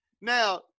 Now